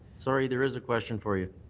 sorry. there is a question for you.